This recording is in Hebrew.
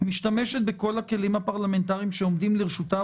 משתמשת בכל הכלים הפרלמנטריים שעומדים לרשותה,